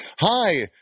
Hi